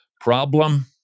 Problem